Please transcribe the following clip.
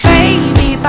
Baby